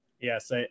Yes